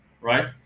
right